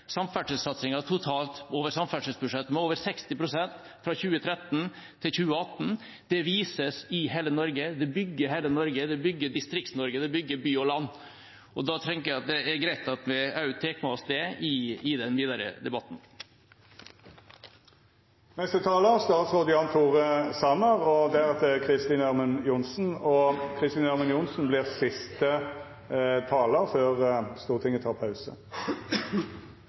totalt over samferdselsbudsjettet, med over 60 pst. fra 2013 til 2018. Det vises i hele Norge. Det bygger hele Norge, det bygger Distrikts-Norge, og det bygger by og land. Det tenker jeg er greit at vi tar med oss i den videre